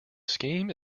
scheme